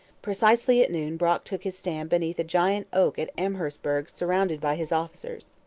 precisely at noon brock took his stand beneath a giant oak at amherstburg surrounded by his officers.